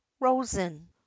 Rosen